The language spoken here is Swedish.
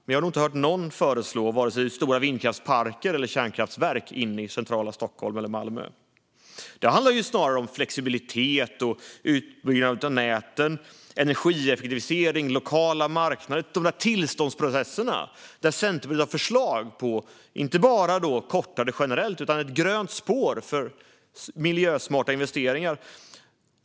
Jag har nog inte hört någon föreslå vare sig stora vindkraftsparker eller kärnkraftverk inne i centrala Stockholm eller Malmö. Det handlar snarare om flexibilitet, utbyggnad av näten, energieffektivisering, lokala marknader och tillståndsprocesser, där Centerpartiet har förslag på inte bara kortade processer generellt utan ett grönt spår för miljösmarta investeringar.